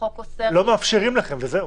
לא מאפשרים לכם וזהו.